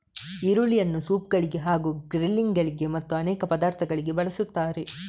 ಈರುಳ್ಳಿಯನ್ನು ಸೂಪ್ ಗಳಿಗೆ ಹಾಗೂ ಗ್ರಿಲ್ಲಿಂಗ್ ಗಳಿಗೆ ಮತ್ತು ಅನೇಕ ಪದಾರ್ಥಗಳಿಗೆ ಬಳಸುತ್ತಾರೆ